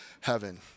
heaven